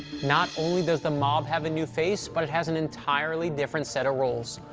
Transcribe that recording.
not only does the mob have a new face, but it has an entirely different set of rules.